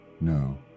No